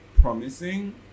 promising